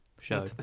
show